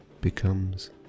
becomes